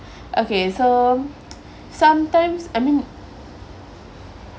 okay so sometimes I mean